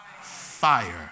Fire